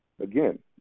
Again